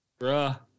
Bruh